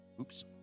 Oops